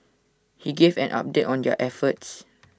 he gave an update on their efforts